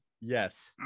Yes